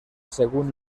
según